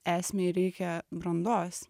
esmei reikia brandos